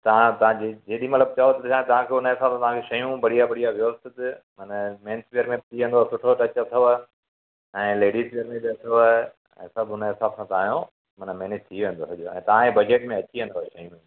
तव्हां तव्हां जेॾी महिल बि चओ त तव्हां खे हुनजे हिसाब सां तव्हां खे शयूं बढ़िया या बढ़िया व्यवस्थित मनां मेन्सविअर में बीहंदव सुठो जचदंव ऐं लेडिस विअर में बि अथव हुन हिसाब सां तव्हांजो मना मेनेज थी वेंदव तव्हांजे बजट में अची वेंदव शयूं